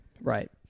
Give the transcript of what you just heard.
Right